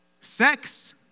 Sex